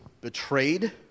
betrayed